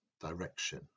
direction